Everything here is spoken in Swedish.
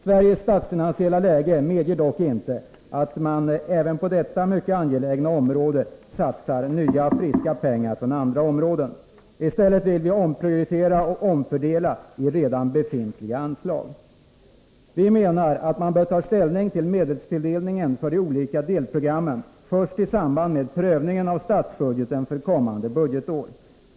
Sveriges statsfinansiella läge medger dock inte att man även på detta mycket angelägna område satsar nya friska pengar från andra områden. I stället vill vi omprioritera och omfördela redan befintliga anslag. Vi menar att man bör ta ställning till medelstilldelningen för de olika delprogrammen först i samband med prövningen av statsbudgeten för kommande budgetår.